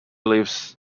leaves